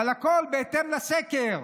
אבל הכול בהתאם לסקר.